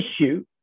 issue